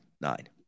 nine